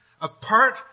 apart